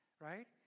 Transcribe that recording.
right